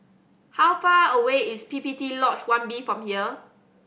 how far away is P P T Lodge One B from here